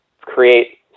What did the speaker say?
create